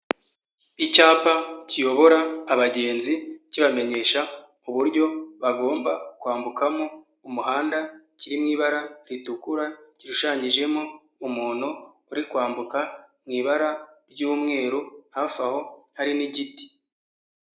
Icyapa, kiyobora, abagenzi, kibamenyesha, uburyo, bagomba, kwambukamo, umuhanda, kiri mu ibara, ritukura, kishushanyijemo, umuntu, uri kwambuka , mu ibara ry'umweru, hafi aho, hari n'igiti.